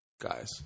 guys